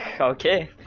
Okay